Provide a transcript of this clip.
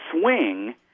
swing